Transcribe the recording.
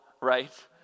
right